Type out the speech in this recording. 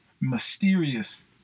mysterious